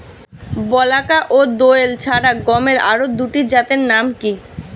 বলাকা ও দোয়েল ছাড়া গমের আরো দুটি জাতের নাম কি?